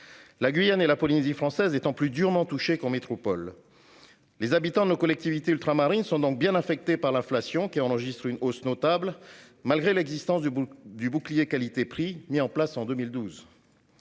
la Guyane et la Polynésie française étant plus durement touchées que la métropole. Les habitants de nos collectivités ultramarines sont bien affectés par l'inflation, qui enregistre une hausse notable malgré l'existence du bouclier qualité-prix mis en place en 2012.